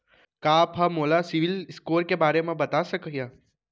का आप हा मोला सिविल स्कोर के बारे मा बता सकिहा?